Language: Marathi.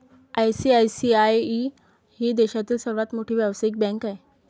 आई.सी.आई.सी.आई ही देशातील सर्वात मोठी व्यावसायिक बँक आहे